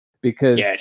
because-